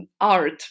art